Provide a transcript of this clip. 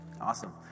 Awesome